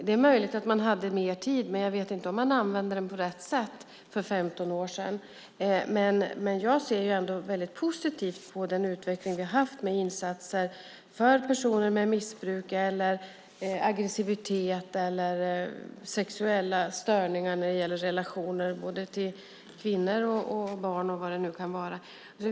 Det är möjligt att man hade mer tid, men jag vet inte om man använde den på rätt sätt för 15 år sedan. Men jag ser ändå väldigt positivt på den utveckling vi har haft med insatser för personer med missbruk, aggressivitet eller sexuella störningar vad gäller relationer till kvinnor, barn eller vad det nu kan vara.